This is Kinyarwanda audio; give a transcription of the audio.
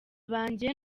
banjye